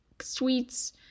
sweets